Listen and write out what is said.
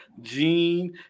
Gene